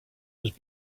was